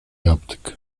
yaptık